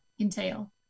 entail